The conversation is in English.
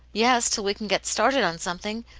yes, till we can get started on something,